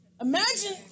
Imagine